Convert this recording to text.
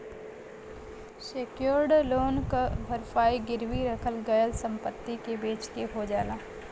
secured loan क भरपाई गिरवी रखल गयल संपत्ति के बेचके हो जाला